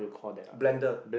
blender